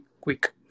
quick